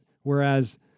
whereas